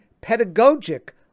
pedagogic